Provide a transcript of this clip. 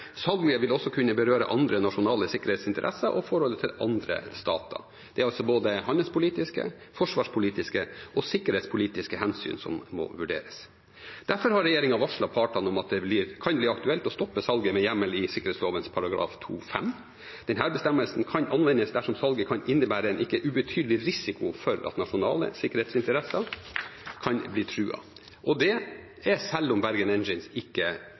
salget vil også kunne berøre andre nasjonale sikkerhetsinteresser og forholdet til andre stater. Det er altså både handelspolitiske, forsvarspolitiske og sikkerhetspolitiske hensyn som må vurderes. Derfor har regjeringen varslet partene om at det kan bli aktuelt å stoppe salget med hjemmel i sikkerhetsloven § 2-5. Denne bestemmelsen kan anvendes dersom salget kan innebære en ikke ubetydelig risiko for at nasjonale sikkerhetsinteresser kan bli truet, og det selv om Bergen Engines ikke